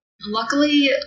Luckily